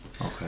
okay